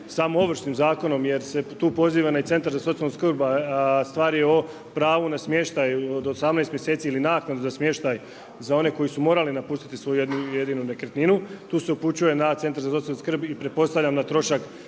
samo Ovršnim zakonom jer se tu poziva i na centar za socijalnu skrb, a stvar je o pravu na smještaj od 18 mjeseci ili naknadu za smještaj za one koji su morali napustiti svoju jedinu nekretninu, tu se upućuje na centar za socijalnu skrb i pretpostavljam na trošak